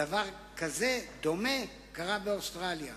דבר דומה קרה באוסטרליה.